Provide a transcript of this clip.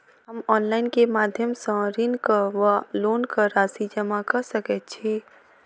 हम ऑनलाइन केँ माध्यम सँ ऋणक वा लोनक राशि जमा कऽ सकैत छी?